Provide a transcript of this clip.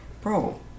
Bro